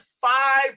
five